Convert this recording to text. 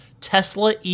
Tesla